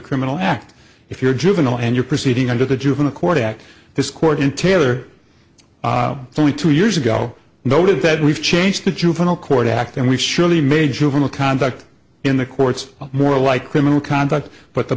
criminal act if you're juvenile and you're proceeding under the juvenile court act this court in taylor thirty two years ago noted that we've changed the juvenile court act and we surely made juvenile conduct in the courts more like criminal conduct but the